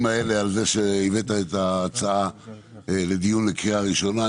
האלה הבאת את ההצעה לדיון לקריאה ראשונה.